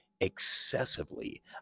excessively